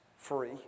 free